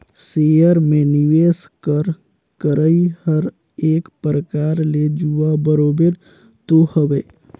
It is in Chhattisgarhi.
सेयर में निवेस कर करई हर एक परकार ले जुआ बरोबेर तो हवे